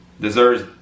deserves